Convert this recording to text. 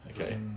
okay